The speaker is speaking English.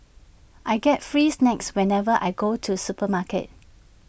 I get free snacks whenever I go to supermarket